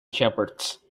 shepherds